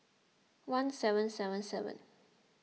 one seven seven seven